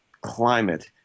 climate